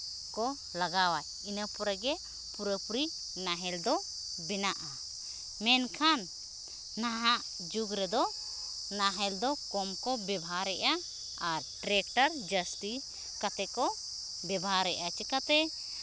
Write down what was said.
ᱠᱚ ᱞᱟᱜᱟᱣᱟ ᱤᱱᱟᱹ ᱯᱚᱨᱮ ᱜᱮ ᱯᱩᱨᱟᱹᱯᱩᱨᱤ ᱱᱟᱦᱮᱞ ᱫᱚ ᱵᱮᱱᱟᱜᱼᱟ ᱢᱮᱱᱠᱷᱟᱱ ᱱᱟᱦᱟᱜ ᱡᱩᱜᱽ ᱨᱮᱫᱚ ᱱᱟᱦᱮᱞ ᱫᱚ ᱠᱚᱢ ᱠᱚ ᱵᱮᱵᱷᱟᱨᱮᱫᱼᱟ ᱟᱨ ᱴᱨᱮᱠᱴᱟᱨ ᱡᱟᱹᱥᱛᱤ ᱠᱟᱛᱮᱫ ᱠᱚ ᱵᱮᱵᱷᱟᱨᱮᱫᱼᱟ ᱪᱤᱠᱟᱹᱛᱮ